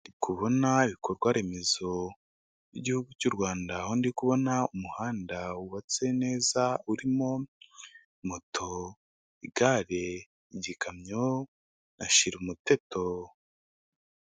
Ndikubona ibikorwa remezo byigihugu cy'u Rwanda aho ndi kubona umuhanda wubatse neza urimo moto, igare, ikamyo na shira umuteto .